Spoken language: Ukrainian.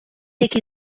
який